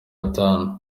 atanu